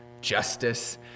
justice